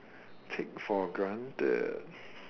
take for granted